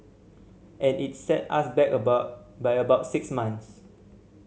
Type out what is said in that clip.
and it set us back by about six months